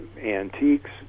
antiques